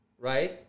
right